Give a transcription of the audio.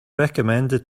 recommended